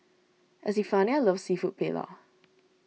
Estefania loves Seafood Paella